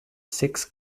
six